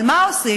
אבל מה עושים?